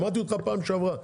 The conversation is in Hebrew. שמעתי אותך בפעם שעברה.